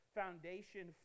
foundation